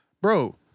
Bro